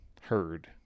Heard